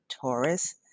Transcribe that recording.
Taurus